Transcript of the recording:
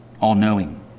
all-knowing